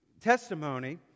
testimony